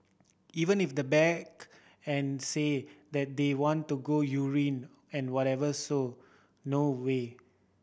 even if they beg and say that they want to go urine and whatsoever so no way